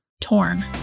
Torn